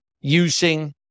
using